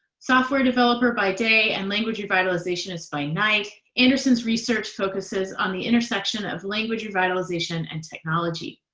software developer by day and language revitalizationist by night, anderson's research focuses on the intersection of language revitalization and technology.